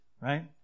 Right